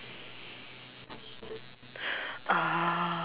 uh